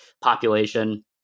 population